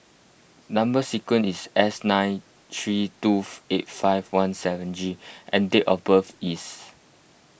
Number Sequence is S nine three two eight five one seven G and date of birth is